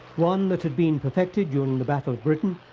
one that had been perfected during the battle of britain,